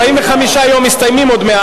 45 יום מתקרבים לסיומם.